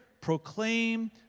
proclaim